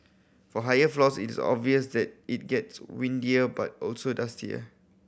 for high floors is obvious that it gets windier but also dustier